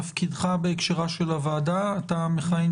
מה תפקידך בוועדת החריגים?